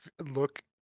look